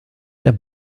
der